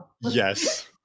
Yes